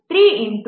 330